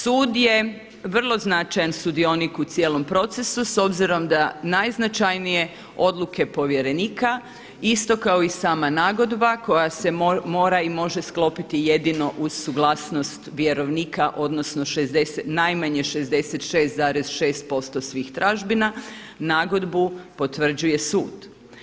Sud je vrlo značajan sudionik u cijelom procesu s obzirom da najznačajnije odluke povjerenika, isto kao i sama nagodba koja se mora i može sklopiti jedino uz suglasnost vjerovnika odnosno najmanje 66,6% svih tražbina nagodbu potvrđuje sud.